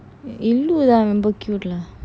இழுத்தான்:illuthaan I remember cute lah